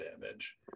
damage